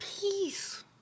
peace